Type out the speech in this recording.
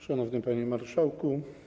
Szanowny Panie Marszałku!